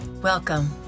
Welcome